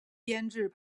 编制